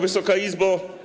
Wysoka Izbo!